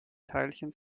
teilchen